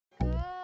Good